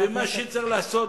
מה שצריך לעשות,